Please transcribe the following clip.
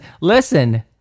listen